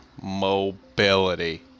mobility